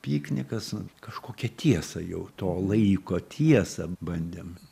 piknikas kažkokią tiesą jau to laiko tiesą bandėm